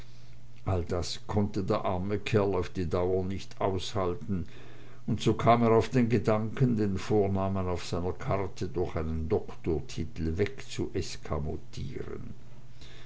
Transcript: all das konnte der arme kerl auf die dauer nicht aushalten und so kam er auf den gedanken den vornamen auf seiner karte durch einen doktortitel